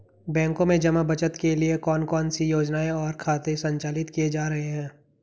बैंकों में जमा बचत के लिए कौन कौन सी योजनाएं और खाते संचालित किए जा रहे हैं?